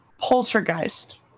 Poltergeist